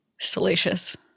Salacious